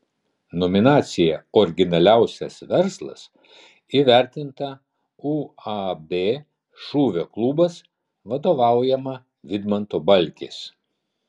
nominacija originaliausias verslas įvertinta uab šūvio klubas vadovaujama vidmanto balkės